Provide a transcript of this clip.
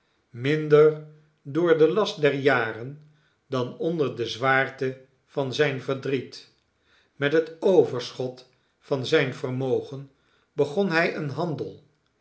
minder door den last der jaren dan onder de zwaarte van zijn verdriet met het overschot van zijn vermogen begon hij eenhandel